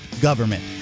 government